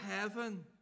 heaven